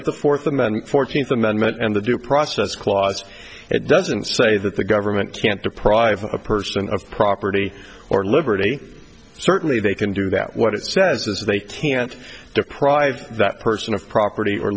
at the fourth amendment fourteenth amendment and the due process clause it doesn't say that the government can't deprive a person of property or liberty certainly they can do that what it says as they tend to deprive that person of property or